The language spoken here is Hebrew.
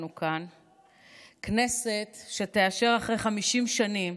כנסת שתאשר, אחרי 50 שנים,